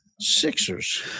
Sixers